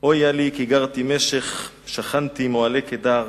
"אויה לי כי גרתי משך שכנתי עם אהלי קדר.